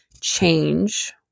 change